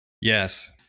Yes